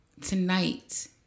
tonight